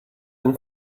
been